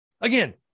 again